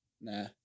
Nah